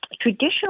traditional